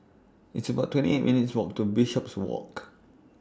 It's about twenty eight minutes' Walk to Bishopswalk